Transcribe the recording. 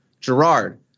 gerard